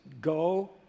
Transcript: go